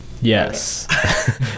Yes